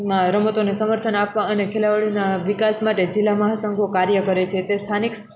માં રમતોને સમર્થન આપવા અને ખેલાડીના વિકાસ માટે જિલ્લા મહાસંઘો કાર્ય કરે છે તે સ્થાનિક